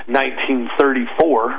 1934